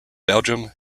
belgium